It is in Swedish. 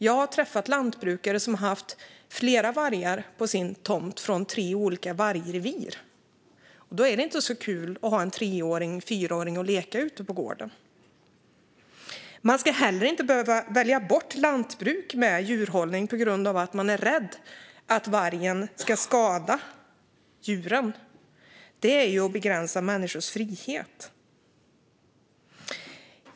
Jag har träffat lantbrukare som har haft vargar från tre olika vargrevir på sin tomt. Då är det inte så kul att låta en tre eller fyraåring leka ute på gården. Man ska heller inte behöva välja bort lantbruk med djurhållning på grund av att man är rädd att vargen ska skada djuren. Det är att begränsa människors frihet. Fru talman!